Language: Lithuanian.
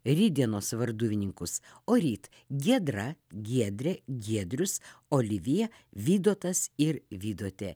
rytdienos varduvininkus o ryt giedra giedrė giedrius olivija vydotas ir vydotė